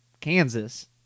Kansas